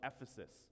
Ephesus